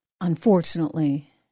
Unfortunately